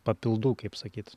papildų kaip sakyt